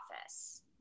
office